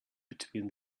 between